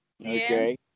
Okay